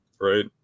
Right